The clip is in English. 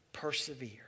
persevere